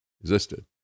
existed